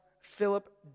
Philip